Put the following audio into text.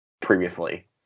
previously